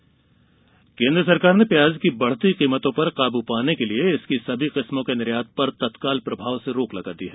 प्याज मूल्य नियंत्रण केन्द्र सरकार ने प्याज की बढ़ती कीमतों पर काबू पाने के लिए इसकी सभी किस्मों के निर्यात पर तत्काल प्रभाव से रोक लगा दी है